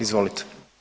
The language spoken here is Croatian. Izvolite.